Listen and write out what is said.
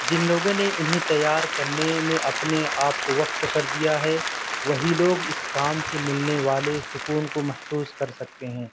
جن لوگوں نے انہیں تیّار کرنے میں اپنے آپ کو وقف کر دیا ہے وہی لوگ اس کام سے ملنے والے سکون کو محسوس کر سکتے ہیں